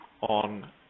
on